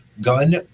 gun